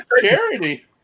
charity